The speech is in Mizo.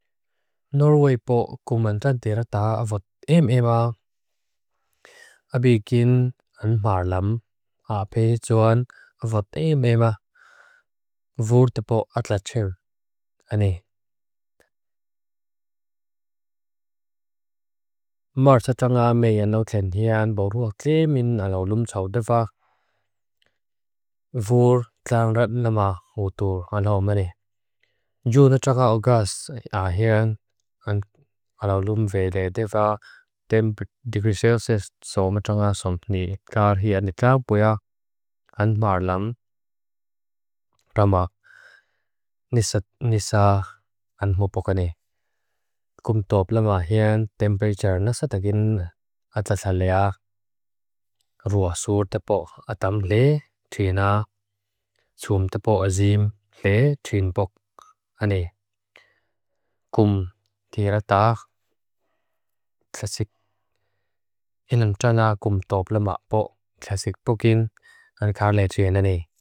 Norwei po kuman rante rata avot e mema, abigin marlam ape juan avot e mema, vur te po atlachir. Ane mar chachanga mei ano khen hiya an bo rua kle min alo lum chau de va vur klang rat nama ootur, ano mani. Ju nachaka augas ahe an alo lum vele de va tempe degriselses so machanga somtni. Buya an marlam rama nisa an mopok ane kum to plamah hiya tempechir nasatagin atlachalya rua sur te po atlachir. Le chiena sumtta po azeem le chien bok ane kum tiratach chasik ilang changa kum to plamah po chasik pokin anka le chiena ne.